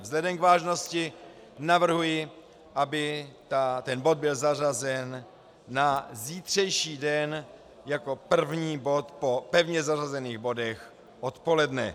Vzhledem k vážnosti navrhuji, aby ten bod byl zařazen na zítřejší den jako první bod po pevně zařazených bodech odpoledne.